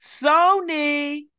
Sony